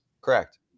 Correct